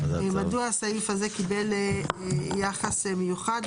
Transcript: מדוע הסעיף הזה קיבל יחס מיוחד,